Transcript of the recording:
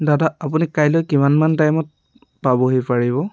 দাদা আপুনি কাইলৈ কিমানমান টাইমত পাবহি পাৰিব